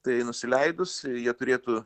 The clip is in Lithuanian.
tai nusileidus jie turėtų